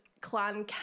Clan